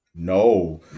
No